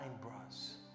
brass